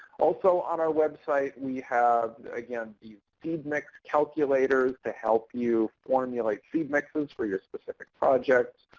also on our website we have, again, the seed mix calculator to help you formulate seed mixes for your specific projects.